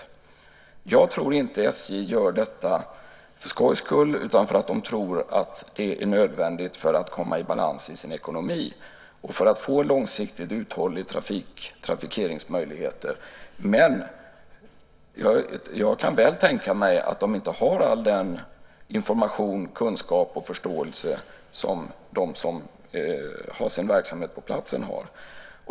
Jag tror inte att SJ gör detta för skojs skull, utan därför att de tror att det är nödvändigt för att komma i balans i ekonomin och för att få långsiktigt uthålliga trafikeringsmöjligheter. Jag kan väl tänka mig att de inte har all den information, kunskap och förståelse som de som har sin verksamhet på platsen har.